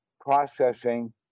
processing